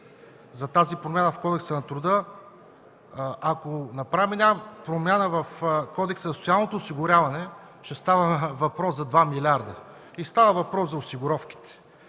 за тази промяна в Кодекса на труда, но ако направим промяна в Кодекса за социално осигуряване, ще става въпрос за два милиарда. И става дума за осигуровките